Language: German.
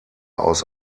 aus